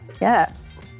yes